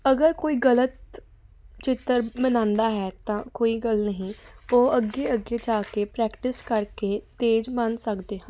ਅਗਰ ਕੋਈ ਗਲਤ ਚਿੱਤਰ ਬਣਾਉਂਦਾ ਹੈ ਤਾਂ ਕੋਈ ਗੱਲ ਨਹੀਂ ਉਹ ਅੱਗੇ ਅੱਗੇ ਜਾ ਕੇ ਪ੍ਰੈਕਟਿਸ ਕਰਕੇ ਤੇਜ ਬਣ ਸਕਦੇ ਹਾਂ